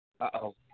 Uh-oh